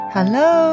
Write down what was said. Hello